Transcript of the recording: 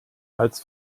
als